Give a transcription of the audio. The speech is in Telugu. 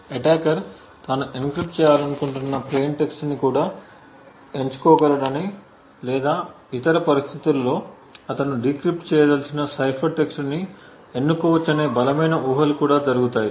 అటాకర్ తాను ఎన్క్రిప్ట్ చేయాలనుకుంటున్న ప్లేయిన్ టెక్స్ట్ ని కూడా ఎంచుకోగలడని లేదా ఇతర పరిస్థితులలో అతను డీక్రిప్ట్ చేయదలిచిన సైఫర్ టెక్స్ట్ ని ఎన్నుకోవచ్చనే బలమైన ఊహలు కూడా జరుగుతాయి